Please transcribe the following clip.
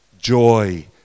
Joy